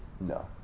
No